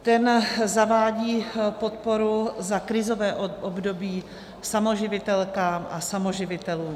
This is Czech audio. Ten zavádí podporu za krizové období samoživitelkám a samoživitelům.